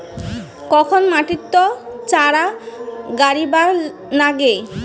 কখন মাটিত চারা গাড়িবা নাগে?